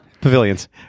Pavilions